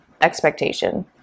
expectation